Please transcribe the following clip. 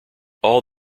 all